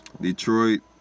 Detroit